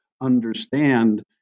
understand